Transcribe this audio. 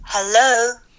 Hello